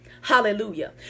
hallelujah